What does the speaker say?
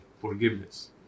forgiveness